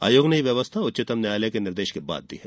आयोग ने यह व्यवस्था उच्चतम न्यायालय के निर्देश के बाद दी है